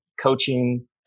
coaching